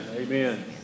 Amen